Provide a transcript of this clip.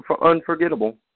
Unforgettable